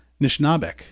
Nishnabek